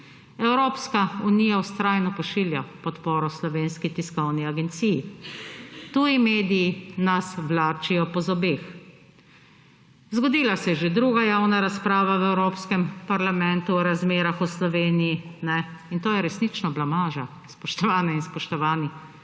Evropska unija vztrajno pošilja podporo Slovenski tiskovni agenciji. Tuji mediji nas vlačijo po zobeh. Zgodila se je že druga javna razprava v Evropskem parlamentu o razmerah v Sloveniji in to je resnično blamaža, spoštovane in spoštovani.